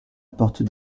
porte